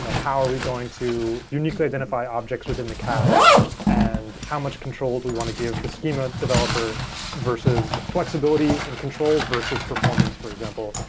how are we going to uniquely identify objects within the cache and how much control do we want to give the schema developer versus flexibility and control versus performance, for example.